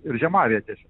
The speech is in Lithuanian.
ir žiemavietėse